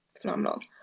phenomenal